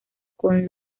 con